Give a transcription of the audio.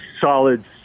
solid